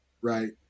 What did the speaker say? right